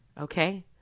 okay